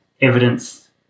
evidence